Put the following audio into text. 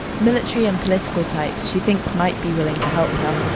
military and political types she thinks might be willing to help her.